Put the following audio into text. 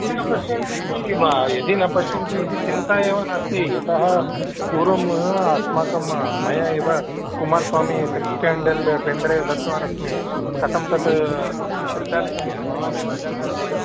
यदि न पश्यन्ति इति मा यदि न पश्यन्ति इति चिन्ता एव नास्ति यतः पूर्वम् अस्माकं मया एव कुमार्स्वामी सेक्स्क्याण्डल् पेन्ड्रैव दत्तवानस्मि कतं तत् प्रचालितमिति भवान् एव जानाति